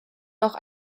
auch